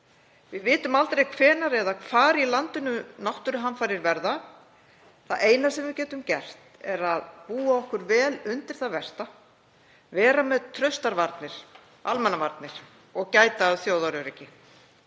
Við vitum aldrei hvenær eða hvar á landinu náttúruhamfarir verða. Það eina sem við getum gert er að búa okkur vel undir það versta, vera með traustar varnir, almannavarnir, og gæta að þjóðaröryggi.